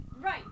right